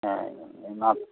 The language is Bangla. হ্যাঁ নাচ